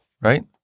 right